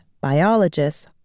biologists